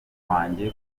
wanjye